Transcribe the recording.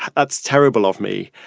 that's terrible of me.